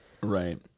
right